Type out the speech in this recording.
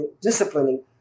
disciplining